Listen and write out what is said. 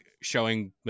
showing